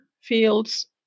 fields